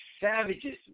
savages